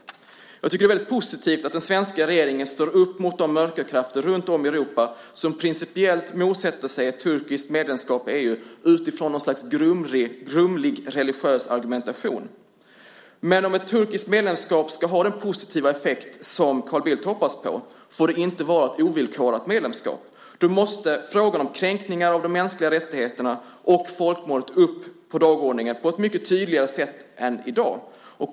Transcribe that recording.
Jag tycker att det är väldigt positivt att den svenska regeringen står upp mot de mörka krafter runtom i Europa som principiellt motsätter sig ett turkiskt medlemskap i EU utifrån något slags grumlig religiös argumentation. Men om ett turkiskt medlemskap ska ha den positiva effekt som Carl Bildt hoppas på får det inte vara ett ovillkorat medlemskap. Då måste frågan om kränkningar av de mänskliga rättigheterna och frågan om folkmordet upp på dagordningen på ett mycket tydligare sätt än i dag.